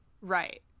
Right